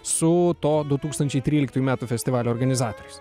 su to du tūkstančiai tryliktųjų metų festivalio organizatoriais